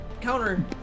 counter